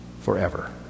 forever